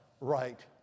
right